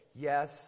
yes